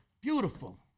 Beautiful